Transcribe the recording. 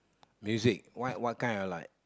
music what what kind I like